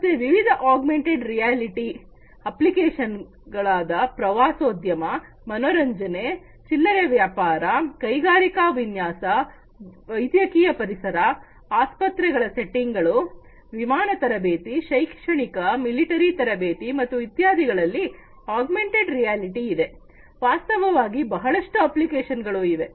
ಮತ್ತೆ ವಿವಿಧ augmented reality application ಗಳಾದ ಪ್ರವಾಸೋದ್ಯಮ ಮನೋರಂಜನೆ ಚಿಲ್ಲರೆ ವ್ಯಾಪಾರ ಕೈಗಾರಿಕಾ ವಿನ್ಯಾಸ ವೈದ್ಯಕೀಯ ಪರಿಸರ ಆಸ್ಪತ್ರೆ ವ್ಯವಸ್ಥೆ ವಿಮಾನ ತರಬೇತಿ ಶೈಕ್ಷಣಿಕ ಮಿಲಿಟರಿ ತರಬೇತಿ ಮತ್ತು ಇತ್ಯಾದಿಗಳಲ್ಲಿ ಆಗ್ಮೆಂಟೆಡ್ ರಿಯಾಲಿಟಿ ಇದೆ ವಾಸ್ತವವಾಗಿ ಬಹಳಷ್ಟು ಅಪ್ಲಿಕೇಶನ್ಗಳು ಇವೆ